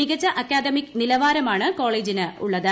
മികച്ച അക്കാദമിക് നിലവാരമാണ് കോളേജിനുള്ളത്